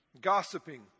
gossiping